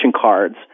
cards